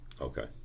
Okay